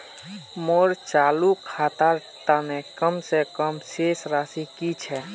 मोर चालू खातार तने कम से कम शेष राशि कि छे?